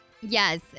Yes